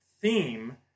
theme